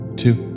two